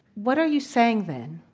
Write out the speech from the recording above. what are you saying, then?